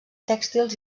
tèxtils